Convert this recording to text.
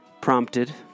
prompted